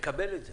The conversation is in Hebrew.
מקבל את זה,